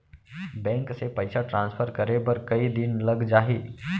Bank से पइसा transfer करे बर कई दिन लग जाही?